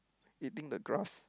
eating the grass